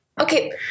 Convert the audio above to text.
Okay